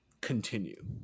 continue